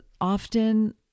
often